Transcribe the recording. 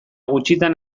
gutxitan